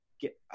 get